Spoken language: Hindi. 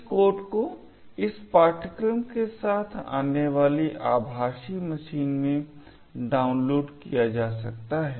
इस कोड को इस पाठ्यक्रम के साथ आने वाली आभाषी मशीन में डाउनलोड किया जा सकता है